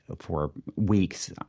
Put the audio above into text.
ah for weeks,